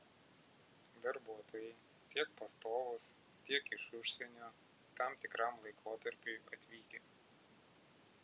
darbuotojai tiek pastovūs tiek iš užsienio tam tikram laikotarpiui atvykę